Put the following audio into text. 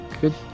good